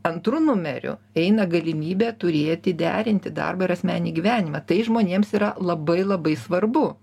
antru numeriu eina galimybė turėti derinti darbą ir asmeninį gyvenimą tai žmonėms yra labai labai svarbu